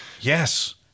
Yes